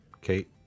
Kate